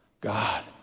God